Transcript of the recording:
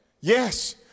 Yes